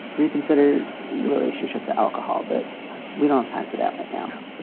reconsider your relationship to alcohol but we don't time for that right now.